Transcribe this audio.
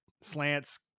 slants